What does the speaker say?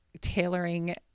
tailoring